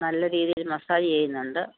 നല്ല രീതിയിൽ മസ്സാജ് ചെയ്യുന്നുണ്ട്